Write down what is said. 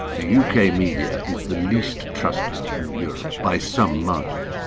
the uk media is the least trusted in europe by some margin.